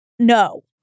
No